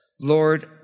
Lord